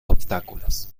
obstáculos